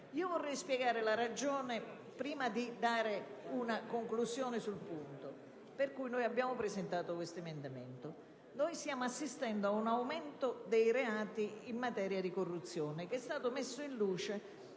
Vorrei spiegare la ragione, prima di dare una conclusione sul punto, per cui abbiamo presentato questo emendamento. Stiamo assistendo ad un aumento dei reati in materia di corruzione, che è stato messo in luce